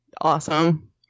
Awesome